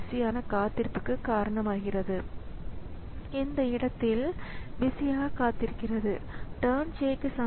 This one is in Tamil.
அந்த வேக வரம்புக்குள் அவன் அல்லது அவள் எழுத்துக்களை விசைப்பலகையில் தட்டச்சு செய்யலாம்